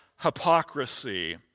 hypocrisy